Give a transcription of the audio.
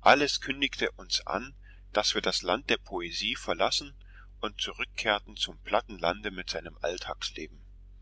alles kündigte uns an daß wir das land der poesie verlassen und zurückkehrten zum platten lande mit seinem alltagsleben